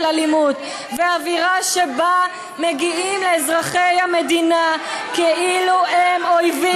אלימות ואווירה שבה מגיעים לאזרחי המדינה כאילו הם אויבים,